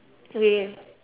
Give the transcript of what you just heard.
okay